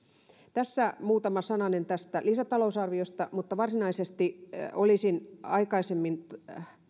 tässä muutama sananen tästä lisätalousarviosta mutta varsinaisesti olisin jo aikaisemmin